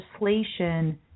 legislation